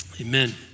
Amen